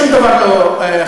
שום דבר לא חתום,